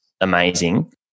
Amazing